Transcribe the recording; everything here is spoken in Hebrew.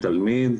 תלמיד,